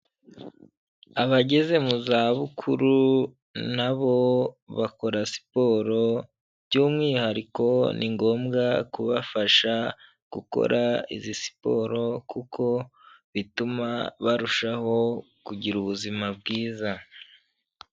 Abageze mu zabukuru na bo bakora siporo by'umwihariko ni ngombwa kubafasha gukora izi siporo kuko bituma barushaho kugira ubuzima bwiza.